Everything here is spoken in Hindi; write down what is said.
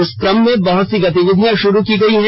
इस क्रम में बहुत सी गतिविधियां शुरू हो गई हैं